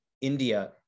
India